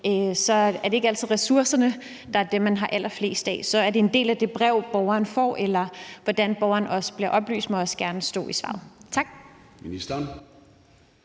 er det ikke altid ressourcer, der er det, man har allerflest af. Så om det er en del af det brev, borgeren får, og hvordan borgeren bliver oplyst, må også gerne stå i svaret. Tak.